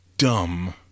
dumb